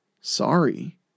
Sorry